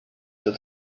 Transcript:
that